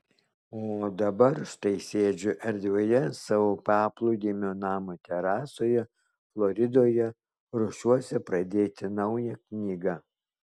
o dabar štai sėdžiu erdvioje savo paplūdimio namo terasoje floridoje ruošiuosi pradėti naują knygą